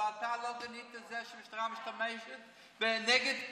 אבל אתה לא גינית זה שהמשטרה משתמשת נגד מפגינים ביריות.